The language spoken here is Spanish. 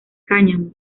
cáñamo